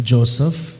Joseph